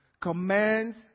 commands